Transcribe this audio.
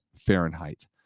Fahrenheit